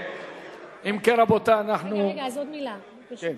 אם כן, רבותי, אנחנו, עוד מלה, ברשותך.